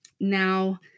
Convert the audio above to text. Now